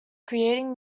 creating